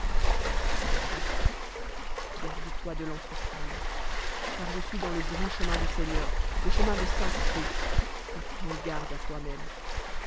garde-toi de l'entreprendre car je suis dans le brud chemin du seigneur le chemin de sainlelé et prend garde à toi-même